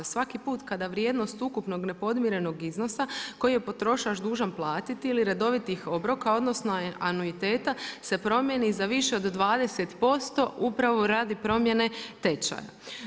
Svaki put kada vrijednost ukupnog nepodmirenog iznosa koji je potrošač dužan platiti ili redovitih obroka, odnosno anuiteta se promijeni za više od 20% upravo radi promjene tečaja.